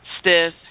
stiff